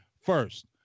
First